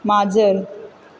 माजर